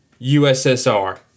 USSR